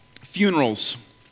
Funerals